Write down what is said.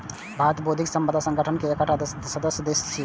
भारत बौद्धिक संपदा संगठन के एकटा सदस्य देश छियै